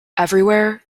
everywhere